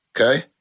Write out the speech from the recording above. okay